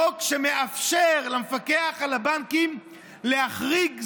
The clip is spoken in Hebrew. חוק שמאפשר למפקח על הבנקים להחריג זמנים,